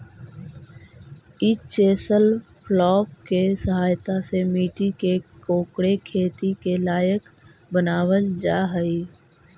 ई chisel plough के सहायता से मट्टी के कोड़के खेती के लायक बनावल जा हई